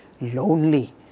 lonely